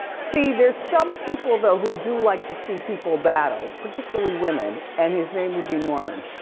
see, there's some people though who do like to see people battle, particularly women and his name would be norman.